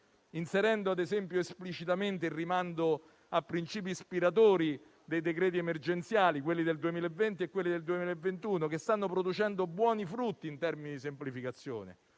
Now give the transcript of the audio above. inserendo ad esempio esplicitamente il rimando a principi ispiratori dei decreti emergenziali del 2020 e del 2021, che stanno producendo buoni frutti in termini di semplificazione.